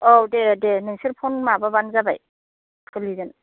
औ दे दे नोंसोर फन माबाबानो जाबाय खुलिगोन